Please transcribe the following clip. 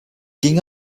ging